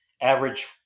average